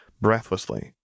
breathlessly